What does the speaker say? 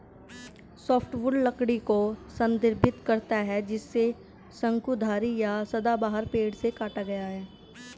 softwood लकड़ी को संदर्भित करता है जिसे शंकुधारी या सदाबहार पेड़ से काटा गया है